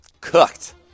Cooked